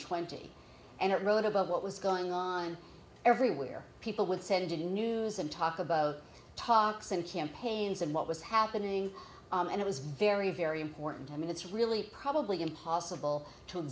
twenty and it wrote about what was going on everywhere people with said to news and talk about talks and campaigns and what was happening and it was very very important i mean it's really probably impossible to